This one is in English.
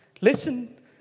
Listen